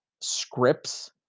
scripts